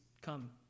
come